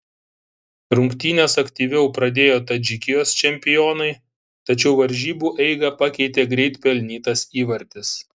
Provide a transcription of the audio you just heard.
rungtynes aktyviau pradėjo tadžikijos čempionai tačiau varžybų eigą pakeitė greit pelnytas įvartis